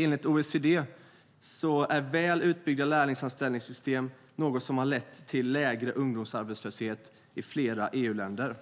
Enligt OECD är väl utbyggda lärlingsanställningssystem något som har lett till lägre ungdomsarbetslöshet i flera EU-länder.